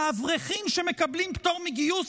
האברכים שמקבלים פטור מגיוס,